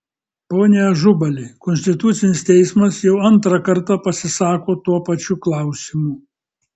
pone ažubali konstitucinis teismas jau antrą kartą pasisako tuo pačiu klausimu